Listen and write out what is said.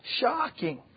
Shocking